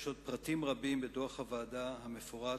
יש עוד פרטים רבים בדוח הוועדה המפורט,